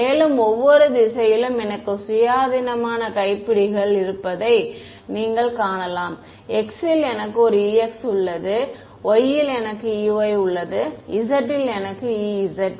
மேலும் ஒவ்வொரு திசையிலும் எனக்கு சுயாதீனமான கைப்பிடிகள் இருப்பதை நீங்கள் காணலாம் x இல் எனக்கு ex உள்ளது y இல் எனக்கு ey உள்ளது z இல் எனக்கு ez